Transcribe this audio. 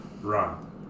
run